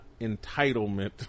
entitlement